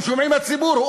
אתם שומעים, הציבור?